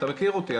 אתה מכיר אותי,